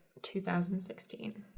2016